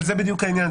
אבל זה בדיוק העניין,